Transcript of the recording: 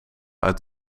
uit